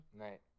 Right